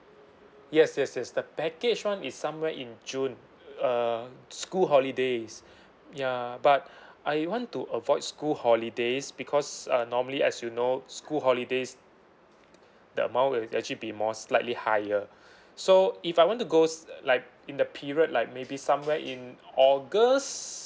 yes yes yes the package one is somewhere in june uh school holidays ya but I want to avoid school holidays because uh normally as you know school holidays the amount will actually be more slightly higher so if I want to goes like in the period like maybe somewhere in august